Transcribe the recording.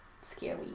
scary